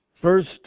first